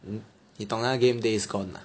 你懂那个 game Days Gone ah